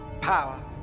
Power